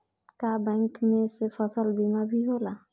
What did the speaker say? का बैंक में से फसल बीमा भी होला?